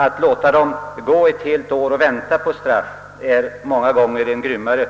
Att låta dessa människor gå ett helt år och vänta på straff är ofta grymmare